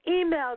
email